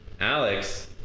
Alex